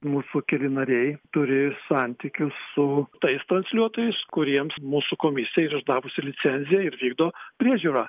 mūsų keli nariai turi santykius su tais transliuotojais kuriems mūsų komisija yra išdavusi licenziją ir vykdo priežiūrą